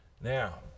Now